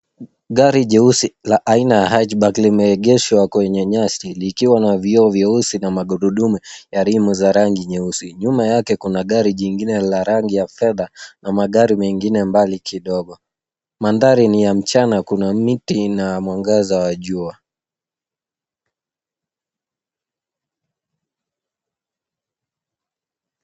Gari jeusi la aina ya hatchback limeegeshwa kwenye nyasi likiwa na vioo vyeusi na magurudumu ya rimu za rangi nyeusi. Nyuma yake kuna gari jingine la rangi ya fedha na magari mengine mbali kidogo. Mandhari ni ya mchana, kuna miti na mwangaza wa jua.